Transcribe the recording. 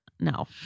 no